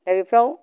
दा बेफ्राव